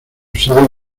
sede